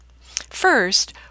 First